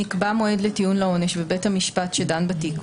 נקבע מועד לטיעון לעונש בבית המשפט שדן בתיק,